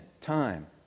time